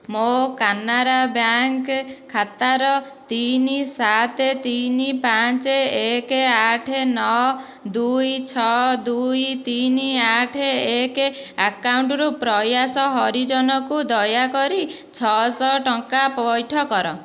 ମୋ କାନାରା ବ୍ୟାଙ୍କ୍ ଖାତାର ତିନି ସାତ ତିନି ପାଞ୍ଚ ଏକ ଆଠ ନଅ ଦୁଇ ଛଅ ଦୁଇ ତିନି ଆଠ ଏକ ଆକାଉଣ୍ଟ୍ ରୁ ପ୍ରୟାସ ହରିଜନକୁ ଦୟାକରି ଛଅ ଶହ ଟଙ୍କା ପଇଠ କର